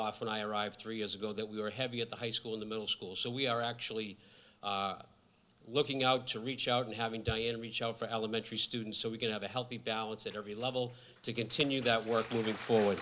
off when i arrived three years ago that we were heavy at the high school in the middle school so we are actually looking out to reach out and having diane reach out for elementary students so we can have a healthy balance at every level to continue that work